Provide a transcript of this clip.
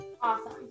awesome